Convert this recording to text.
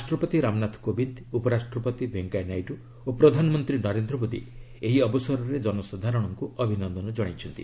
ରାଷ୍ଟ୍ରପତି ରାମନାଥ କୋବିନ୍ଦ ଉପରାଷ୍ଟ୍ରପତି ଭେଙ୍କୟା ନାଇଡ଼ୁ ଓ ପ୍ରଧାନମନ୍ତ୍ରୀ ନରେନ୍ଦ୍ର ମୋଦୀ ଏହି ଅବସରରେ ଜନସାଧାରଣଙ୍କୁ ଅଭିନନ୍ଦନ ଜଣାଇଛନ୍ତି